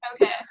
Okay